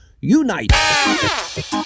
Unite